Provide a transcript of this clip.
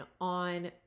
on